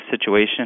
situation